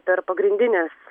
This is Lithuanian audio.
per pagrindines